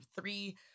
three